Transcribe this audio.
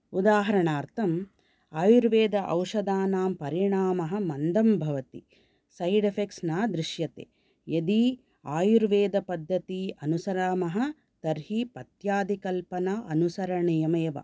उदाहरणार्थम् आयुर्वेद औषधानां परिणामः मन्दं भवति सैड् एफ़ेक्ट्स् न दृश्यते यदि आयुर्वेदपद्धती अनुसरामः तर्हि पथ्यादिकल्पना अनुसरणीयमेव